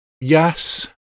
yes